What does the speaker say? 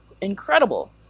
incredible